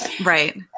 Right